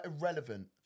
irrelevant